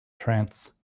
trance